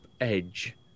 edge